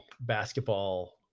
basketball